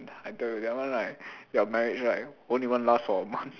I tell you that one right their marriage right won't even last for a month